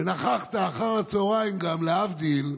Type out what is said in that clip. וגם נכחת אחר הצוהריים, להבדיל,